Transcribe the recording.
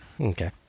Okay